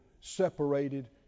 separated